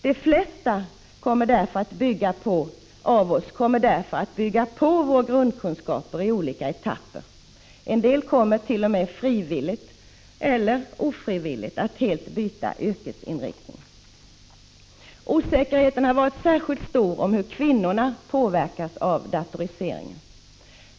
De flesta av oss kommer därför att bygga på våra grundkunskaper i olika etapper. En del kommer t.o.m. att frivilligt eller ofrivilligt helt byta yrkesinriktning. Osäkerheten har varit särskilt stor om hur kvinnorna påverkas av datoriseringen.